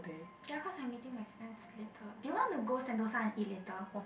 ya cause I meeting my friends later do you want to go Sentosa and eat later